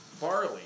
barley